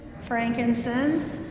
frankincense